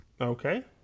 okay